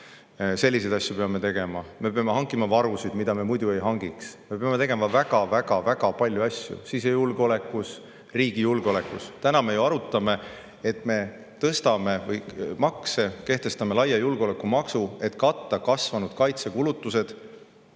Selliseid asju me peame tegema. Me peame hankima varusid, mida me muidu ei hangiks. Me peame tegema väga-väga-väga palju asju sisejulgeolekus, riigi julgeolekus. Täna me ju arutame, et me tõstame makse, kehtestame laia julgeolekumaksu, et katta kasvanud kaitsekulutusi